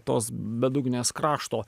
tos bedugnės krašto